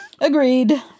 Agreed